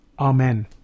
Amen